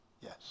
yes